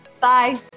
Bye